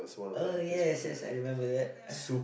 oh yes yes I remember that yeah